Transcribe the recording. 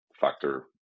factor